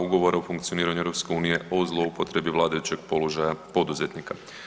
Ugovora o funkcioniranju EU-a o zloupotrebi vladajućeg položaja poduzetnika.